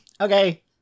Okay